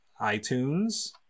iTunes